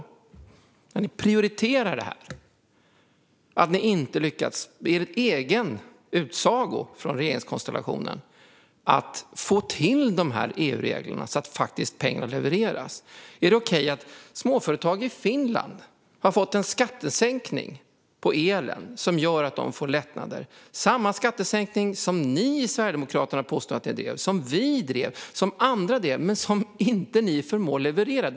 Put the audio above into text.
Tycker ni då att det är okej att ni, enligt regeringskonstellationens egen utsago, inte har lyckats få till de här EU-reglerna så att pengarna faktiskt levereras? Är det okej att småföretag i Finland har fått en skattesänkning på elen som ger lättnader? Det är samma skattesänkning som ni i Sverigedemokraterna påstår att ni drev, som vi drev och som andra drev, men ni förmår inte leverera den.